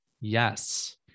Yes